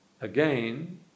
again